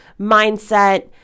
mindset